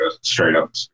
straight-up